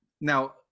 Now